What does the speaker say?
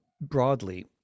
broadly